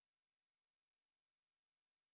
wait wait wait give me pause first pause first